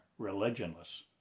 religionless